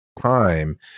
time